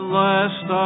last